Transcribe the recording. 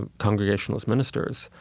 ah congregationalist ministers,